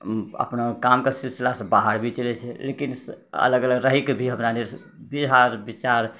अपना कामके सिलसिलासँ बाहर भी चलि जाइ छै लेकिन अलग अलग रहिके भी हमरारि व्यवहार विचार